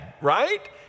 right